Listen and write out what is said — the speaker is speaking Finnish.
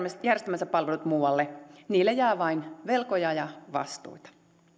järjestämänsä palvelut muualle niille jää vain velkoja ja vastuita